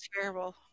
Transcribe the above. terrible